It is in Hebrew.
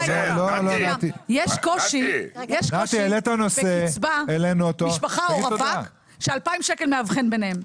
--- יש קושי בקצבה למשפחה או רווק כש-2,000 שקל מבחין ביניהם.